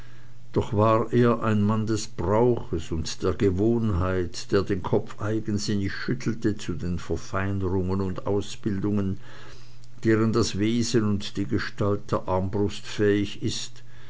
doch war er ein mann des brauches und der gewohnheit der den kopf eigensinnig schüttelte zu den verfeinerungen und ausbildungen deren das wesen und die gestalt der armbrust fähig ist